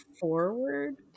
forward